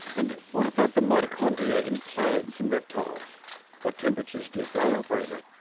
and what about the mitochondria in plants and reptiles what temperatures do they operate at?